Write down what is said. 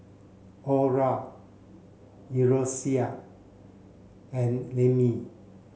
Orra Eloisa and Lemmie